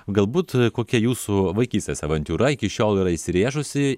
galbūt kokia jūsų vaikystės avantiūra iki šiol yra įsirėžusi